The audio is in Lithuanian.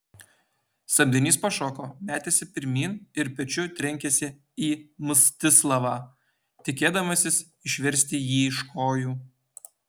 samdinys pašoko metėsi pirmyn ir pečiu trenkėsi į mstislavą tikėdamasis išversti jį iš kojų